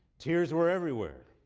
tears were everywhere.